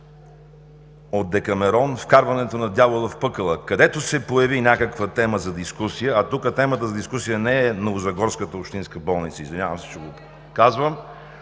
от Декамерон – „Вкарването на дявола в пъкъла“. Където се появи някаква тема за дискусия – а тук темата за дискусия не е новозагорската общинска болница, извинявам се, че го казвам